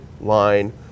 line